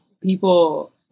people